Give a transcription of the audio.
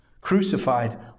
crucified